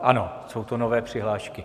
Ano, jsou to nové přihlášky.